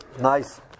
nice